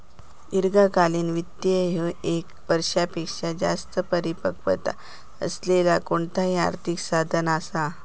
दीर्घकालीन वित्त ह्या ये क वर्षापेक्षो जास्त परिपक्वता असलेला कोणताही आर्थिक साधन असा